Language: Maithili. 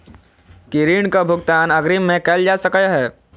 की ऋण कऽ भुगतान अग्रिम मे कैल जा सकै हय?